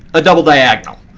a double diagonal.